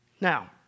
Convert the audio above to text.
Now